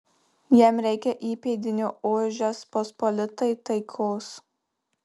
jam reikia įpėdinio o žečpospolitai taikos